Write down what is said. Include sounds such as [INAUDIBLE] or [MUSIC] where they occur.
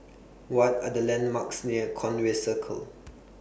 What Are The landmarks near Conway Circle [NOISE]